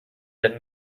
that